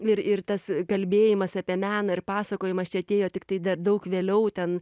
ir ir tas kalbėjimas apie meną ir pasakojimas čia atėjo tiktai dar daug vėliau ten